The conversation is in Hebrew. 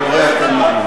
זה שלטון חשוך ולא דמוקרטי.